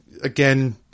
again